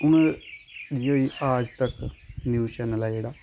news जेह्ड़ी Aaj Tak news channel ऐ जेह्ड़ा